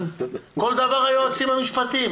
כל דבר היועצים המשפטיים.